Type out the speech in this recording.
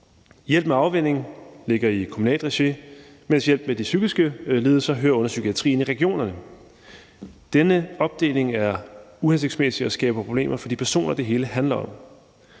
Hjælp med afvænning ligger i kommunalt regi, mens hjælp med de psykiske lidelser hører under psykiatrien i regionerne. Denne opdeling er uhensigtsmæssig og skaber problemer for de personer, det hele handler om.